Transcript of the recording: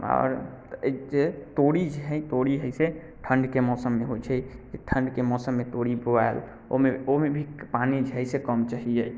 आओर जे तोरी जे हय तोरी हय से ठण्डके मौसममे होइ छै ठण्डके मौसममे तोरी बोआयल ओहिमे ओहिमे भी पानि जे हय से कम चाहियै